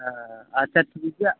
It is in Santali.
ᱚᱸᱻ ᱟᱪᱪᱷᱟ ᱴᱷᱤᱠ ᱜᱮᱭᱟ